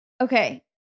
okay